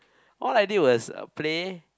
all I did was uh play